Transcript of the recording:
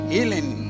Healing